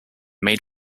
made